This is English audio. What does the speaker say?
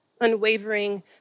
unwavering